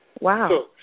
Wow